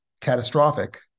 catastrophic